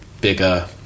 bigger